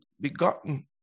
begotten